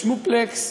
בשמופלקס,